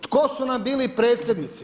Tko su nam bili predsjednici?